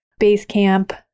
Basecamp